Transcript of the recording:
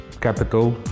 capital